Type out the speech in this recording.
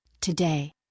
Today